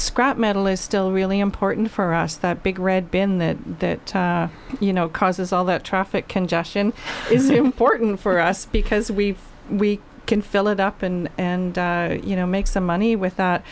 scrap metal is still really important for us that big red bin that you know causes all the traffic congestion is important for us because we we can fill it up in and you know make some money with that